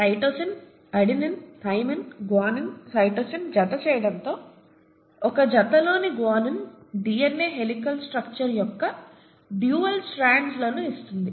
cytosine adenine thymine guanine cytosine జత చేయడంతో ఒక జతలోని గ్వానైన్ డీఎన్ఏ హెలికల్ స్ట్రక్చర్ యొక్క డ్యూయల్ స్ట్రాండ్స్ లను ఇస్తుంది